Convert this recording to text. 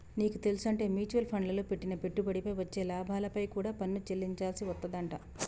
నీకు తెల్సుంటే మ్యూచవల్ ఫండ్లల్లో పెట్టిన పెట్టుబడిపై వచ్చే లాభాలపై కూడా పన్ను చెల్లించాల్సి వత్తదంట